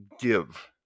give